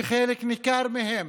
שחלק ניכר מהם,